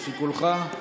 לשיקולך.